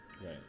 Right